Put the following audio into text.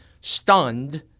stunned